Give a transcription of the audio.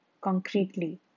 Concretely